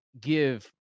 give